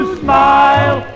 smile